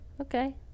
Okay